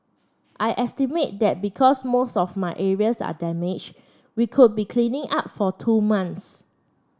I estimate that because most of my areas are damaged we could be cleaning up for two months